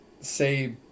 say